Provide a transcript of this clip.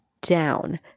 down